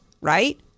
right